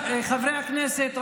חברי הכנסת,